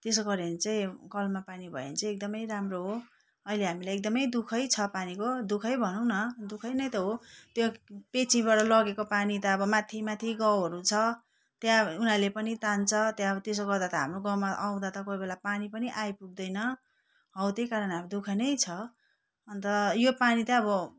त्यसो गऱ्यो भने चाहिँ कलमा पानी भयो भने चाहिँ एकदमै राम्रो हो अहिले हामीलाई एकदमै दु खै छ पानीको दु खै भनौँ न दु खै नै त हो त्यो पिएचईबाट लगेको पानी त अब माथि माथि गाउँहरू छ त्यहाँ उनीहरूले पनि तान्छ त्यहाँ त्यसो गर्दा त हाम्रो गाउँमा आउँदा त कोही बेला पानी पनि आइपुग्दैन हौ त्यही कारण अब दु ख नै छ अन्त यो पानी चाहिँ अब